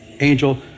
angel